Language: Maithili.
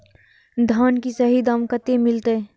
धान की सही दाम कते मिलते?